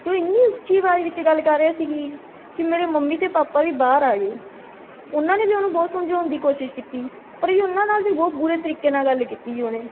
ਅਤੇ ਉਹ ਇੰਨੀ ਉੱਚੀ ਆਵਾਜ਼ ਵਿੱਚ ਗੱਲ ਕਰ ਰਿਹਾ ਸੀ ਜੀ ਕਿ ਮੇਰੇ ਮੰਮੀ ਅਤੇ ਪਾਪਾ ਵੀ ਬਾਹਰ ਆ ਗਏ ਉਹਨਾਂ ਨੇ ਵੀ ਉਹਨੂੰ ਬਹੁਤ ਸਮਝਾਉਣ ਦੀ ਕੋਸ਼ਿਸ਼ ਕੀਤੀ ਪਰ ਜੀ ਉਹਨਾਂ ਨਾਲ ਵੀ ਬਹੁਤ ਬੁਰੇ ਤਰੀਕੇ ਨਾਲ ਗੱਲ ਕੀਤੀ ਜੀ ਉਹਨੇ